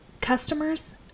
customers